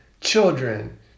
children